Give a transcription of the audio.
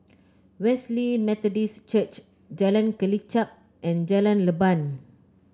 Wesley Methodist Church Jalan Kelichap and Jalan Leban